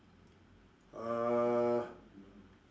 err